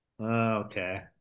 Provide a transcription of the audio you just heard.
Okay